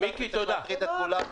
זה צריך להטריד את כולנו.